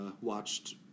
watched